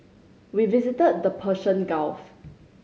we visited the Persian Gulf